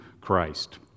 Christ